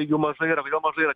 jų mažai yra ir kodėl mažai yra